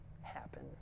happen